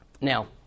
Now